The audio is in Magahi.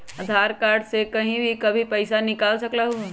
आधार कार्ड से कहीं भी कभी पईसा निकाल सकलहु ह?